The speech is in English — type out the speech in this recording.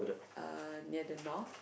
uh near the north